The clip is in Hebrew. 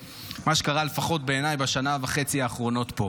לפחות בעיניי, בשנה וחצי האחרונות פה.